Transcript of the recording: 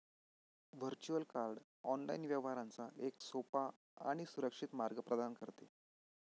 virtual card online व्यवहारांचा एक सोपा आणि सुरक्षित मार्ग प्रदान करते